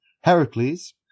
Heracles